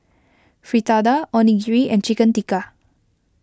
Fritada Onigiri and Chicken Tikka